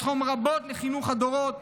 יתרום רבות לחינוך הדורות